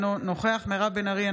אינו נוכח מירב בן ארי,